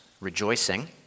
Rejoicing